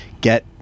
get